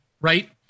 right